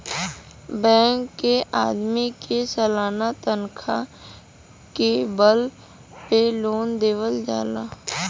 bank के आदमी के सालाना तनखा के बल पे लोन देवल जाला